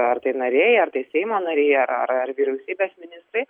ar tai nariai ar tai seimo nariai ar ar ar vyriausybės ministrai